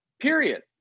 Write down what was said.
period